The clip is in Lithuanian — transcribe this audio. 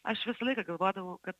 aš visą laiką galvodavau kad